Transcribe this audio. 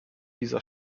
dieser